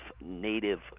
Native